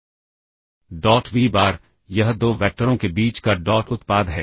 dot V bar यह दो वैक्टरों के बीच का डॉट उत्पाद है